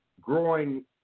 growing